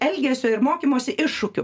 elgesio ir mokymosi iššūkių